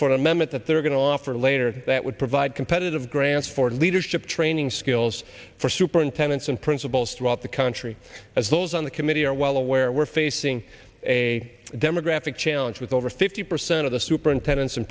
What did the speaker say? that they're going to offer later that would provide competitive grants for leadership training skills for superintendents and principals throughout the country as those on the committee are well aware we're facing a demographic challenge with over fifty percent of the superintendents and